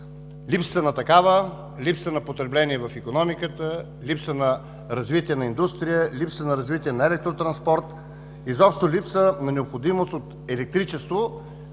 липса на такава, липса на потребление в икономиката, липса на развитие на индустрия, липса на развитие на електротранспорт, изобщо липса на необходимост от електричество.